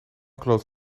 claude